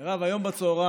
מרב, היום בצוהריים